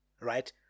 Right